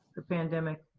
the pandemic.